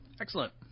Excellent